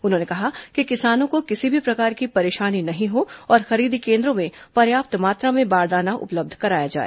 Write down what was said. उन्होंने कहा कि किसानों को किसी भी प्रकार की परेशानी नहीं हो और खरीदी केन्द्रों में पर्याप्त मात्रा में बारदाना उपलब्ध कराया जाए